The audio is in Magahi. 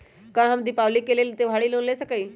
का हम दीपावली के लेल त्योहारी लोन ले सकई?